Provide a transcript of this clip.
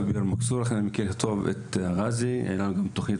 בביר אל-מכסור, מכיר טוב את ראזי, היתה לנו תוכנית